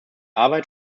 arbeit